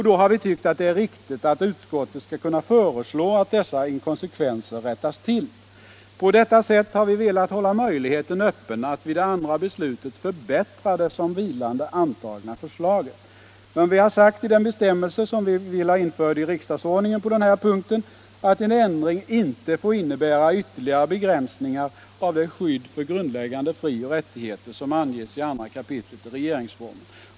Då anser vi det vara riktigt att utskottet kan föreslå att dessa inkonsekvenser rättas till. På detta sätt har vi velat hålla öppen möjligheten att vid det andra beslutet förbättra det som vilande antagna lagförslaget. Men i den bestämmelse som vi vill ha införd i riksdagsordningen på den här punkten har vi sagt att en ändring inte får innebära ytterligare begränsningar av det skydd för grundläggande frioch rättigheter som anges i 2 kap. regeringsformen.